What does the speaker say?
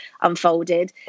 unfolded